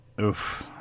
Oof